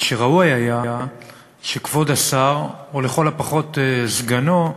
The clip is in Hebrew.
וראוי היה שכבוד השר, או לכל הפחות סגנו,